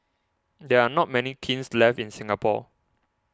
there are not many kilns left in Singapore